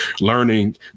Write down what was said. learning